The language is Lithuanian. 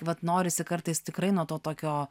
vat norisi kartais tikrai nuo to tokio